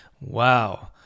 Wow